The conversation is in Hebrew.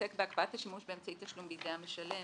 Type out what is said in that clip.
עוסק בהקפאת השימוש באמצעי תשלום בידי המשלם.